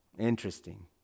Interesting